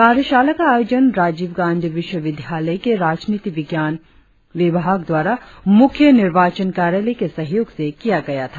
कार्यशाला का आयोजन राजीव गांधी विश्वविद्यालय के राजनीति विज्ञान विभाग द्वारा मुख्य निर्वाचन कार्यालय के सहयोग से किया गया था